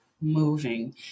moving